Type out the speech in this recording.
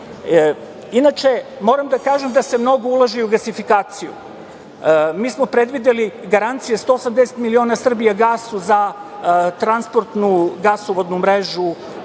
moram da kažem da se mnogo ulaže i u gasifikaciju. Mi smo predvideli garancije, 180 miliona "Srbijagasu" za transportnu gasovodnu mrežu